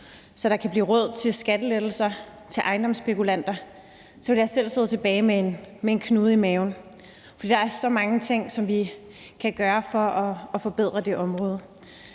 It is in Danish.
så der kan blive råd til skattelettelser til ejendomsspekulanter, så ville man som jeg sidde tilbage med en knude i maven. For der er så mange ting, som vi kan gøre for at forbedre det område.